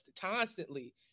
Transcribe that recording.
constantly